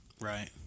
Right